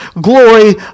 glory